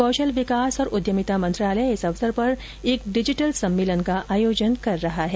कौशल विकास और उद्यमिता मंत्रालय इस अवसर पर एक डिजिटल सम्मेलन का आयोजन कर रहा है